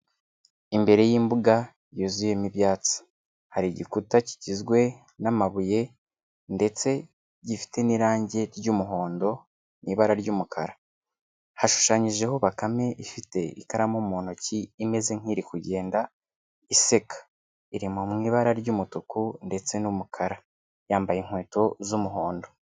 Imbere y'imbuga yuzuyemo ibyatsi, hari igikuta kigizwe n'amabuye ndetse gifite n'irange ry'umuhondo mu ibara ry'umukara, hashushanyijeho bakame ifite ikaramu mu ntoki imeze nk'iri kugenda iseka, iri mu ibara ry'umutuku ndetse n'umukara, yambaye inkweto z'umuhondo.